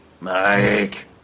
Mike